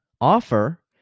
offer